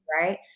right